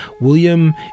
William